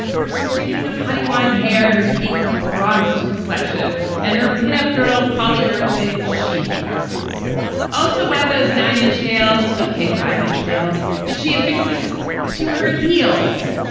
her screen of honey wine, hair, deep bronzed complexion and her pinup girl polyurethane sheath dresses also by those nine inch nails. ok, five inch nails that she affixes to her heels,